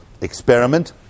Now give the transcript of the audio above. experiment